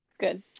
good